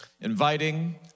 inviting